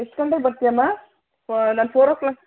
ಎಷ್ಟು ಗಂಟೆಗೆ ಬರ್ತಿಯಾಮ್ಮ ನಾನು ಫೋರ್ ಓ ಕ್ಲಾಕ್